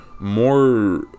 more